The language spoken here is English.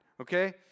Okay